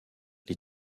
les